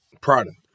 product